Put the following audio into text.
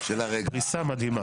פריסה מדהימה.